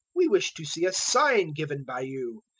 we wish to see a sign given by you.